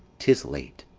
tis late.